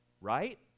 right